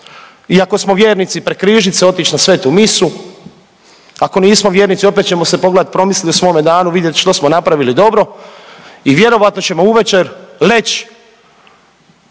i ako smo vjernici prekrižit se i otić na svetu misu, ako nismo vjernici opet ćemo se pogledat i promislit o svome danu, vidjet što smo napravili dobro i vjerojatno ćemo uvečer leć